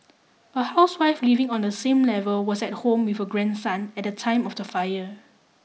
a housewife living on the same level was at home with her grandson at the time of the fire